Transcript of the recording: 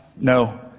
No